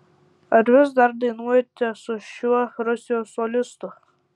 ar vis dar dainuojate su šiuo rusijos solistu